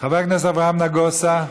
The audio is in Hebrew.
חבר הכנסת אברהם נגוסה,